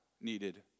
needed